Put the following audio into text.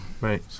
right